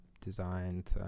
designed